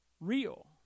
real